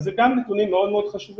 אז אלה גם נתונים מאוד מאוד חשובים,